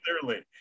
clearly